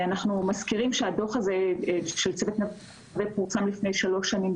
אנחנו מזכירים שהדוח של צוות נווה פורסם לפני שלוש שנים,